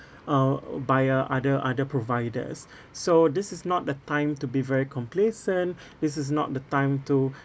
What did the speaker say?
uh by uh other other providers so this is not the time to be very complacent this is not the time to